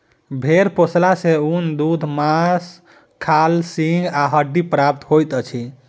भेंड़ पोसला सॅ ऊन, दूध, मौंस, खाल, सींग आ हड्डी प्राप्त होइत छै